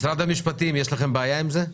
משרד המשפטים, יש לכם בעיה עם זה?